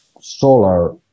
solar